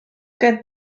gen